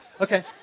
Okay